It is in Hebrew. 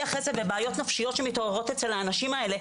אחרי זה בבעיות נפשיות שמתעוררות אצל האנשים האלה,